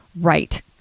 Right